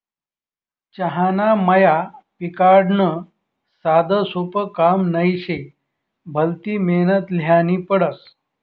चहाना मया पिकाडनं साधंसोपं काम नही शे, भलती मेहनत ल्हेनी पडस